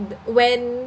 when